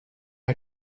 are